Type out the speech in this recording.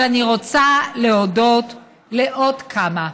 אבל אני רוצה להודות לעוד כמה.